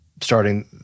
starting